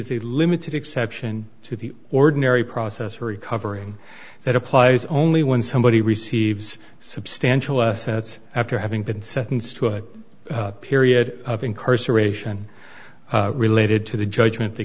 is a limited exception to the ordinary process recovering that applies only when somebody receives substantial assets after having been sentenced to a period of incarceration related to the judgment th